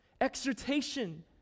exhortation